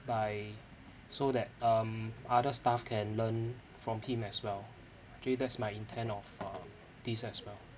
by so that um other staff can learn from him as well actually that's my intent of uh this as well